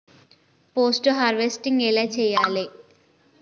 Post harvesting ఎలా చెయ్యాలే?